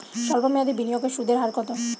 সল্প মেয়াদি বিনিয়োগে সুদের হার কত?